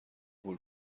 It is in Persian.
غول